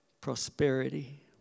prosperity